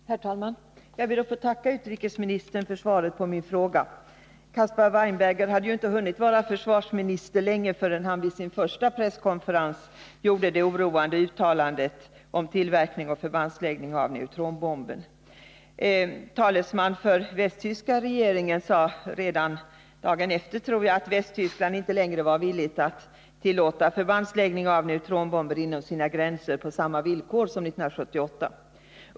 Herr talman! Jag ber att få tacka utrikesministern för svaret på min fråga. Caspar Weinberger hade inte länge hunnit vara försvarsminister i president Reagans administration förrän han vid sin första presskonferens den 3 februari gjorde det oroande uttalandet om tillverkning och förbandsläggning av neutronbomben. En talesman för västtyska regeringen sade redan dagen efter att Västtyskland inte längre var villigt att tillåta förbandsläggning av neutronbomben inom sina gränser på samma villkor som 1978.